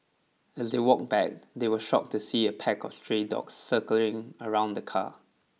as they walked back they were shocked to see a pack of stray dogs circling around the car